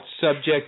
subject